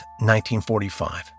1945